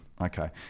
Okay